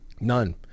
none